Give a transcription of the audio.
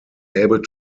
able